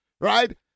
right